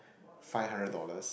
five hundred dollars